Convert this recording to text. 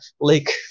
lake